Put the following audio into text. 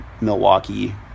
Milwaukee